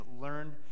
learn